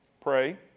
Pray